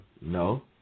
No